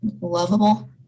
lovable